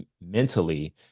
mentally